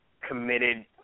committed